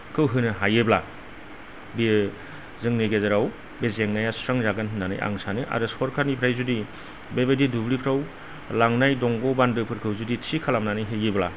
खौ होनो हायोब्ला बेयो जोंनि गेजेराव बे जेंनाया सुस्रांजागोन होन्नानै आं सानो आरो सरखारनिफ्राय जुदि बेबायदि दुब्लिफ्राव लांनाय दंग' बान्दोफोरखौ जुदि थि खालामनानै होयोब्ला